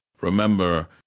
remember